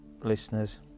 listeners